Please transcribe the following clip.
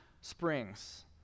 springs